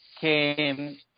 came